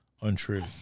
untrue